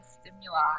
stimuli